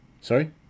Sorry